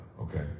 Okay